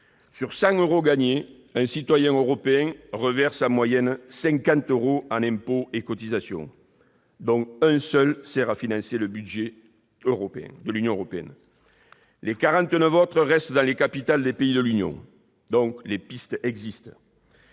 sur 100 euros gagnés, un citoyen européen reverse en moyenne 50 euros en impôts et cotisations, dont seulement 1 euro sert à financer le budget de l'Union européenne ... Ainsi, 49 euros restent dans les capitales des États membres. Les pistes existent